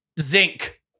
Zinc